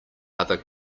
other